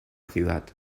ciudad